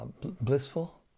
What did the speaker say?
blissful